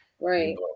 right